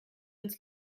uns